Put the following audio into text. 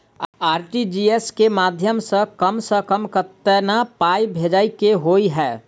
RTGS केँ माध्यम सँ कम सऽ कम केतना पाय भेजे केँ होइ हय?